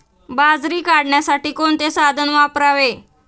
बाजरी काढण्यासाठी कोणते साधन वापरावे?